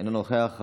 אינה נוכחת,